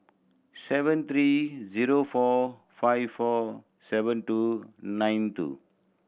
seven three zero four five four seven two nine two